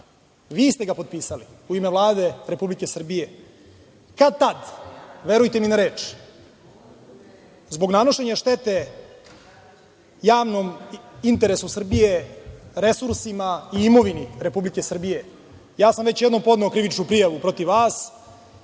vi ste ga potpisali u ime Vlade Republike Srbije. Kad, tad, verujte mi na reč, zbog nanošenja štete javnom interesu Srbije, resursima i imovini Republike Srbije, ja sam već jednom podneo krivičnu prijavu protiv vas,